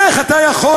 איך אתה יכול,